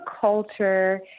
Culture